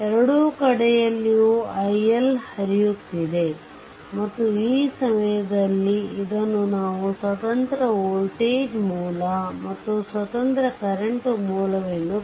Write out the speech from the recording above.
ಎರಡು ಕಡೆಯಲ್ಲಿಯೂ iL ಹರಿಯುತ್ತಿದೆ ಮತ್ತು ಈ ಸಮಯದಲ್ಲಿ ಇದನ್ನು ನಾವು ಸ್ವತಂತ್ರ ವೋಲ್ಟೇಜ್ ಮೂಲ ಮತ್ತು ಸ್ವತಂತ್ರ ಕರೆಂಟ್ ಮೂಲವೆಂದು independent current source